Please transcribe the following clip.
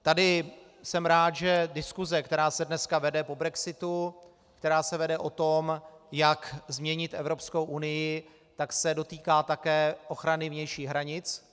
Tady jsem rád, že diskuse, která se dneska vede po brexitu, která se vede o tom, jak změnit Evropskou unii, se dotýká také ochrany vnějších hranic.